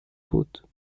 بود